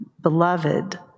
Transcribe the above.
beloved